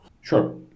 Sure